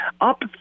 up